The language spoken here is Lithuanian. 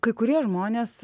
kai kurie žmonės